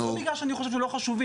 לא בגלל שאני חושב שהם לא חשובים.